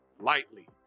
lightly